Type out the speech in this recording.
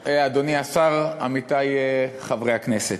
היושב-ראש, אדוני השר, עמיתי חברי הכנסת,